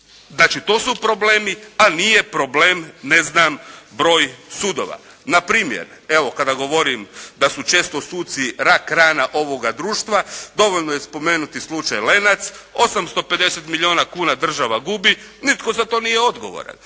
to su problemi a nije problem ne znam broj sudova. Na primjer evo kada govorim da su često suci rak rana ovoga društva, dovoljno je spomenuti slučaj "Lenac". 850 milijuna kuna država gubi, nitko za to nije odgovoran.